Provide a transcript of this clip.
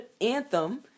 anthem